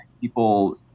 people